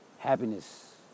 happiness